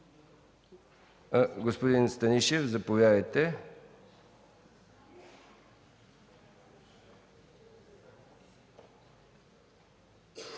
Господин Писанчев, заповядайте